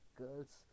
girl's